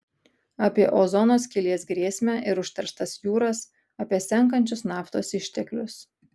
apie ozono skylės grėsmę ir užterštas jūras apie senkančius naftos išteklius